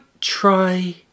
try